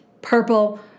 Purple